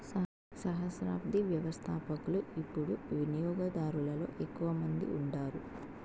సహస్రాబ్ది వ్యవస్థపకులు యిపుడు వినియోగదారులలో ఎక్కువ మంది ఉండారు